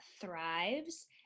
thrives